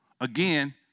again